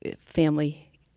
family